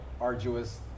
arduous